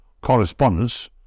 correspondence